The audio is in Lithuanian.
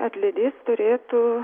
atlydys turėtų